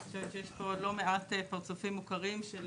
אני חושב שיש פה עוד לא מעט פרצופים מוכרים של